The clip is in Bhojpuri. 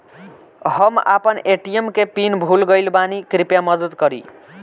हम आपन ए.टी.एम के पीन भूल गइल बानी कृपया मदद करी